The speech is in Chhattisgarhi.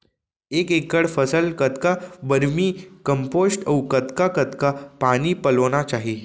एक एकड़ फसल कतका वर्मीकम्पोस्ट अऊ कतका कतका पानी पलोना चाही?